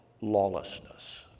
lawlessness